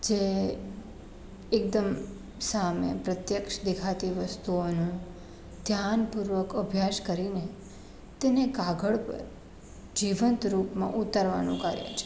જે એકદમ સામે પ્રત્યક્ષ દેખાતી વસ્તુઓનો ધ્યાનપૂર્વક અભ્યાસ કરીને તેને કાગળ પર જીવંત રૂપમાં ઉતારવાનું કરે છે